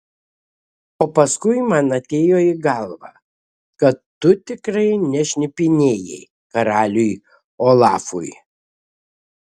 o paskui man atėjo į galvą kad tu tikrai nešnipinėjai karaliui olafui